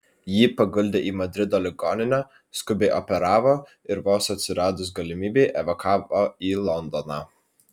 jį paguldė į madrido ligoninę skubiai operavo ir vos atsiradus galimybei evakavo į londoną